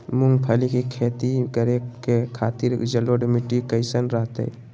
मूंगफली के खेती करें के खातिर जलोढ़ मिट्टी कईसन रहतय?